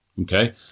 Okay